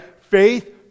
faith